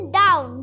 down